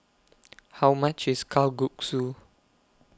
How much IS Kalguksu